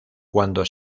cuando